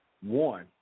One